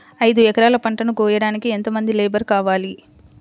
ఐదు ఎకరాల పంటను కోయడానికి యెంత మంది లేబరు కావాలి?